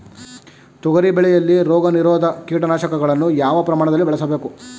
ತೊಗರಿ ಬೆಳೆಯಲ್ಲಿ ರೋಗನಿರೋಧ ಕೀಟನಾಶಕಗಳನ್ನು ಯಾವ ಪ್ರಮಾಣದಲ್ಲಿ ಬಳಸಬೇಕು?